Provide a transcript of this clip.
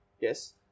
Yes